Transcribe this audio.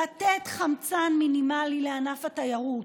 לתת חמצן מינימלי לענף התיירות,